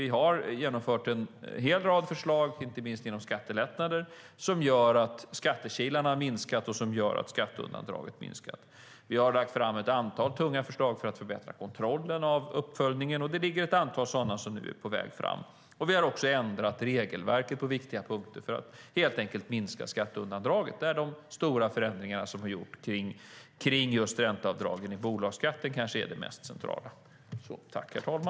Vi har genomfört en hel rad förslag, inte minst inom skattelättnader, som gör att skattekilarna har minskat och som gör att skatteundandragandet minskar. Vi har lagt fram ett antal tunga förslag för att förbättra kontrollen av uppföljningen, och det ligger ett antal sådana som nu är på väg fram. Vi har också ändrat regelverket på viktiga punkter för att helt enkelt minska skatteundandragandet, där de stora förändringar som har gjorts kring ränteavdragen i bolagsskatten kanske är det mest centrala.